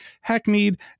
hackneyed